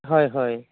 হয় হয়